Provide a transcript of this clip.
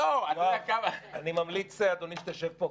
יואב, אני ממליץ לאדוני שתשב פה.